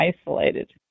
isolated